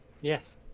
Yes